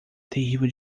terrível